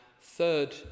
third